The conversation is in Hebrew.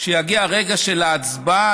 כשיגיע הרגע של ההצבעה,